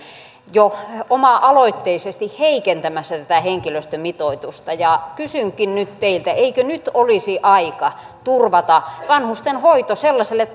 jo oma aloitteisesti heikentämässä tätä henkilöstömitoitusta kysynkin nyt teiltä eikö nyt olisi aika turvata vanhustenhoito sellaiselle